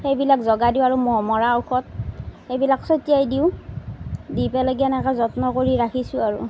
সেইবিলাক জগা দিওঁ আৰু মহ মৰা ঔষধ সেইবিলাক ছটিয়াই দিওঁ দি পেলাই কি এনেকৈ যত্ন কৰি ৰাখিছোঁ আৰু